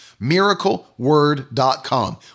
Miracleword.com